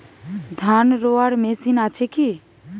ধান রোয়ার মেশিন আছে কি?